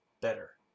better